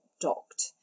docked